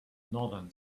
northern